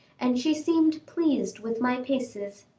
and she seemed pleased with my paces.